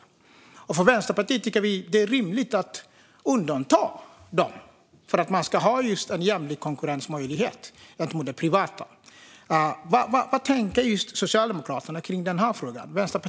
Därför tycker Vänsterpartiet att det är rimligt att undanta allmännyttan för att den ska ha en jämlik konkurrensmöjlighet gentemot det privata. Vad tänker Socialdemokraterna i denna fråga?